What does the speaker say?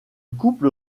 couple